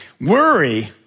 Worry